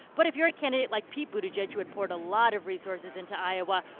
but if you're a candidate like pete buttigieg had poured a lot of resources into iowa,